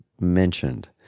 mentioned